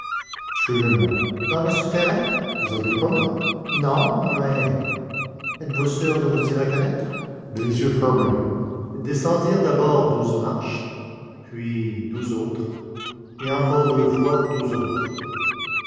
suivez-moi dans le souterrain vous avez peur non mais êtes-vous sûr de vous y reconnaître les yeux fermés ils descendirent d'abord douze marches puis douze autres et encore deux fois douze autres